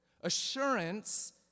Assurance